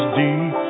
deep